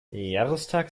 jahrestag